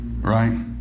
Right